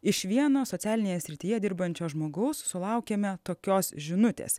iš vieno socialinėje srityje dirbančio žmogaus sulaukėme tokios žinutės